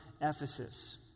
Ephesus